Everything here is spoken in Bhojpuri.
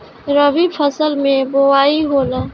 रबी फसल मे बोआई होला?